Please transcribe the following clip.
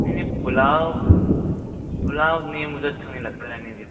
नहीं नहीं पुलाव पुलाव नी मुझे अच्छा नहीं लगता रहने दीजिए पुलाव